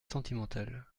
sentimental